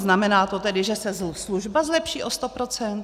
Znamená to tedy, že se služba zlepší o sto procent?